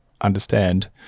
understand